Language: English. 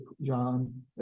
John